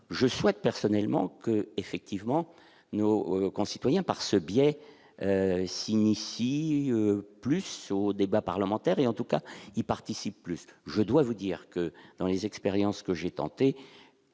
je souhaite personnellement que, effectivement, nos concitoyens par ce biais, signe ici plus au débat parlementaire et en tout cas, il participe plus, je dois vous dire que dans les expériences que j'ai tenté,